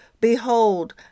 Behold